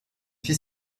fit